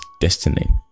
destiny